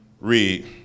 read